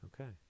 Okay